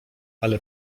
ale